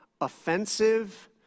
offensive